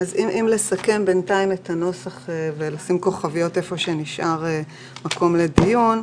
אם לסכם בינתיים את הנוסח ולשים כוכביות במקומות שנשאר מקום לדיון,